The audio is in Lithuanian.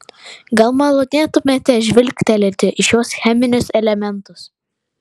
gal malonėtumėte žvilgtelėti į šiuos cheminius elementus